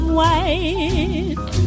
white